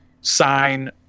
sign